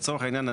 לצורך העניין,